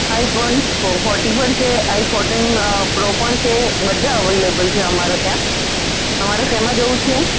iPhone forty પણ છે I fourteen pro પણ છે બધા અવેલેબલ છે અમારે ત્યાં તમારે શેમાં જવું છે